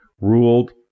ruled